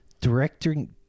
directing